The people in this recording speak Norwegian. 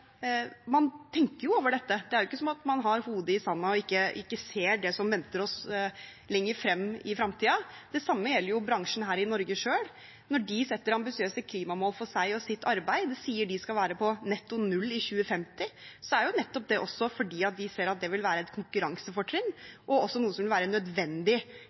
er jo ikke slik at man har hodet i sanden og ikke ser det som venter oss lenger frem, i fremtiden. Det samme gjelder bransjen selv her i Norge. Når de setter ambisiøse klimamål for seg og sitt arbeid og sier de skal være på netto null i 2050, er jo nettopp det også fordi de ser at det vil være et konkurransefortrinn og noe som vil være nødvendig